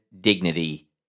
dignity